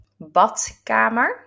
badkamer